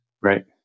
Right